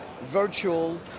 virtual